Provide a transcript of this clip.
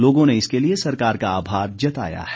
लोगों ने इसके लिए सरकार का आभार जताया है